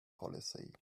policy